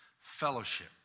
fellowship